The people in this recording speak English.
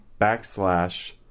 backslash